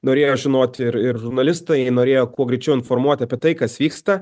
norėjo žinoti ir ir žurnalistai norėjo kuo greičiau informuoti apie tai kas vyksta